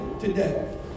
today